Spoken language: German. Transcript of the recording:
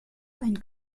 einen